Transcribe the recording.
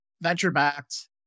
venture-backed